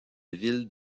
ville